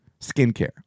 skincare